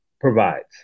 provides